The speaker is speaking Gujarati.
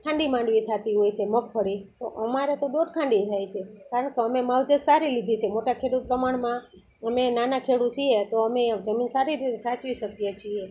ખાંડી માંડવી થાતી હોય છે મગફળી તો અમારે તો ડોઢ ખાંડીએ થાય સે કારણ કે અમે માવજત સારી લીધી છે મોટા ખેડૂત પ્રમાણમાં અમે નાના ખેડૂત છીએ તો અમે જમીન સારી રીતે સાચવી શકીએ છીએ